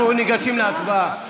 אנחנו ניגשים להצבעה.